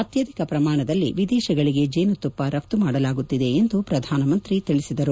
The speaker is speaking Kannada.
ಅತ್ಯಧಿಕ ಪ್ರಮಾಣದಲ್ಲಿ ವಿದೇಶಗಳಿಗೆ ಜೇನುತುಪ್ಪವನ್ನು ರಫ್ತು ಮಾಡಲಾಗುತ್ತಿದೆ ಎಂದು ಪ್ರಧಾನಮಂತ್ರಿ ತಿಳಿಸಿದರು